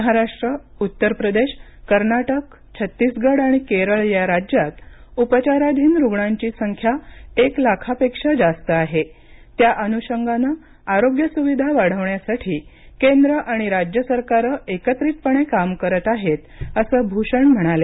महाराष्ट्र उत्तर प्रदेश कर्नाटक छत्तीसगड आणि केरळ या राज्यात उपचाराधीन रुग्णांची संख्या एक लाखापेक्षा जास्त आहे त्या अनुषंगानं आरोग्य सुविधा वाढवण्यासाठी केंद्र आणि राज्य सरकारं एकत्रितपणे काम करत आहेत असं भूषण म्हणाले